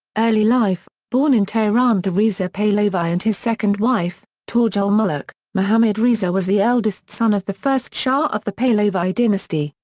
early life born in tehran to reza pahlavi and his second wife, tadj ol-molouk, mohammad reza was the eldest son of the first shah of the pahlavi dynasty,